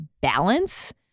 balance